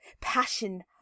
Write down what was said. Passion